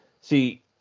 see